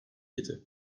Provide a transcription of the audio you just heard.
idi